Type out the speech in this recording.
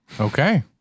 okay